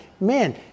man